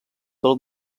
del